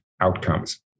outcomes